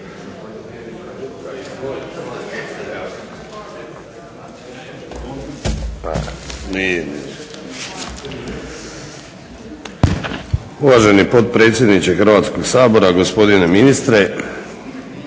Uvaženi potpredsjedniče Hrvatskog sabora, gospodine ministre.